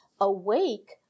awake